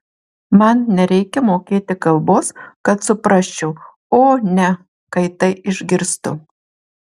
man nereikia mokėti kalbos kad suprasčiau o ne kai tai išgirstu